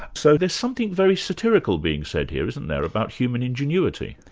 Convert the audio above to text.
so there's something very satirical being said here isn't there, about human ingenuity?